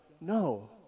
No